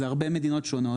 זה הרבה מדינות שונות.